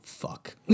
fuck